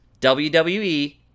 WWE